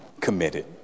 committed